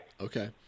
Okay